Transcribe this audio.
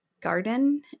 garden